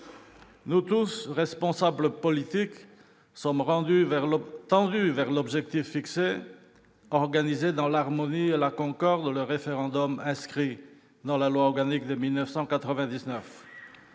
Nous tous, responsables politiques, sommes tendus vers l'objectif fixé : organiser dans l'harmonie et la concorde le référendum inscrit dans la loi organique de 1999.